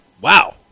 Wow